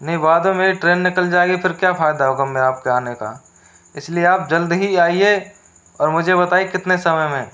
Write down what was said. नहीं बाद में मेरी ट्रेन निकल जाएगी फिर क्या फायदा होगा में आपके आने का इसलिए आप जल्दी ही आइए और मुझे बताइए कितने समय में